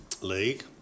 league